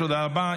תודה רבה.